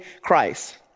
Christ